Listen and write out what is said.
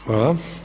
Hvala.